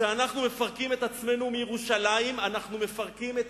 כשאנחנו מפרקים את עצמנו מירושלים אנחנו מפרקים את